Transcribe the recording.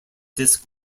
disc